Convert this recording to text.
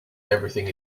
everything